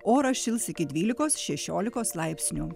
oras šils iki dvylikos šešiolikos laipsnių